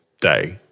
day